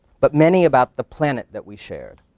but many about the planet that we shared.